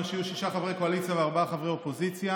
שיהיו שישה חברי קואליציה וארבעה חברי אופוזיציה.